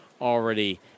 already